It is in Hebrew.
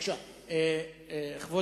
כבוד